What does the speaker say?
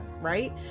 right